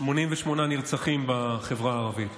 88 נרצחים בחברה הערבית